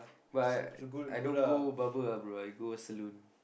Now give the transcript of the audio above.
but I I don't go barber ah bro I go saloon